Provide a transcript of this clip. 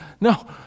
No